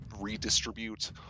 redistribute